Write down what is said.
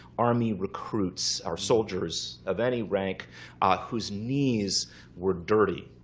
army recruits, or soldiers of any rank whose knees were dirty